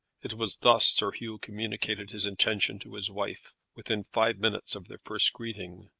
it was thus sir hugh communicated his intention to his wife within five minutes of their first greeting.